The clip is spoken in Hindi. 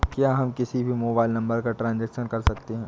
क्या हम किसी भी मोबाइल नंबर का ट्रांजेक्शन कर सकते हैं?